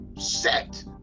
Set